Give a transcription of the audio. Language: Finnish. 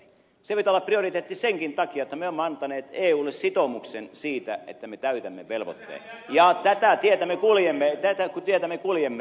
sen pitää olla prioriteetti senkin takia että me olemme antaneet eulle sitoumuksen siitä että me täytämme velvoitteen ja tätä tietä me kuljemme